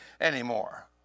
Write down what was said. anymore